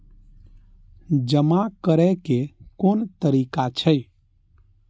जमा करै के कोन तरीका छै?